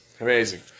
Amazing